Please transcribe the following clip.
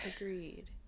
agreed